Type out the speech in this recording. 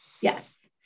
Yes